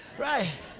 right